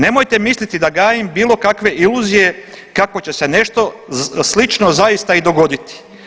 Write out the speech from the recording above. Nemojte misliti da gajim bilo kakve iluzije kako će se nešto slično zaista i dogoditi.